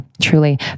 truly